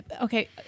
okay